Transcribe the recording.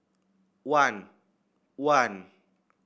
one one